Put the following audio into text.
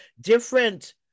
Different